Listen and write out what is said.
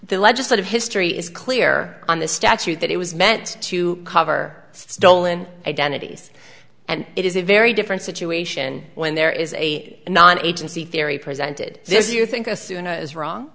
the legislative history is clear on the statute that it was meant to cover stolen identities and it is a very different situation when there is a non agency theory presented this you think assume is wrong